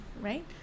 right